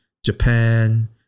Japan